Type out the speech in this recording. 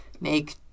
make